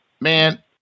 man